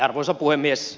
arvoisa puhemies